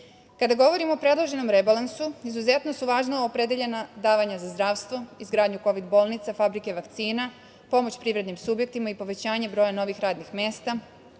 govorimo o predloženom rebalansu, izuzetno su važna opredeljena davanja za zdravstvo, izgradnju kovid bolnica, fabrike vakcina, pomoć privrednim subjektima i povećanje broja novih radnih mesta,